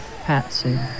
Patsy